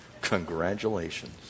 Congratulations